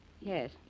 Yes